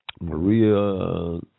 Maria